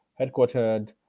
headquartered